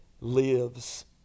lives